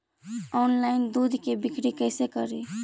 Online दुध के बिक्री कैसे करि?